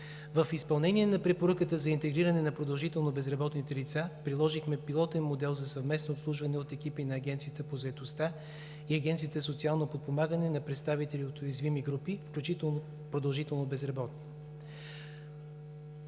В изпълнение на Препоръката за интегриране на продължително безработните лица приложихме пилотен модел за съвместно обслужване от екипи на Агенцията по заетостта и Агенцията „Социално подпомагане“ на представители от уязвими групи, включително продължително безработни.